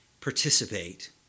participate